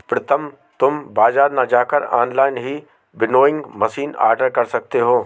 प्रितम तुम बाजार ना जाकर ऑनलाइन ही विनोइंग मशीन ऑर्डर कर सकते हो